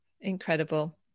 incredible